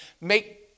make